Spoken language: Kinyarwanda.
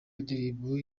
indirimbo